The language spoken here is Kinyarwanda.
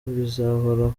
bizahoraho